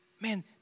Man